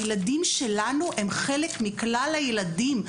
הילדים שלנו הם חלק מכלל הילדים,